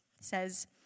says